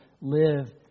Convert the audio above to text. live